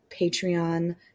Patreon